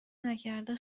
نکرده